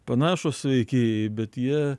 panašūs veikėjai bet jie